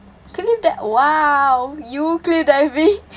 cliff di~ !wow! you cliff diving